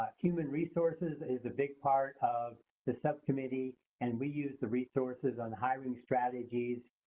ah human resources is a big part of the subcommittee, and we use the resources on hiring strategies.